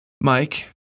Mike